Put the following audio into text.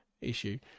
issue